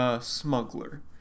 smuggler